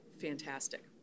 fantastic